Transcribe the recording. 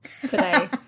today